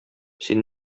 син